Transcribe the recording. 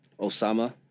Osama